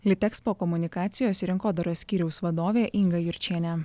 litexpo komunikacijos ir rinkodaros skyriaus vadovė inga jurčienė